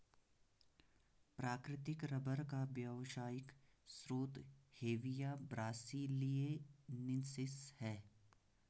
प्राकृतिक रबर का व्यावसायिक स्रोत हेविया ब्रासिलिएन्सिस है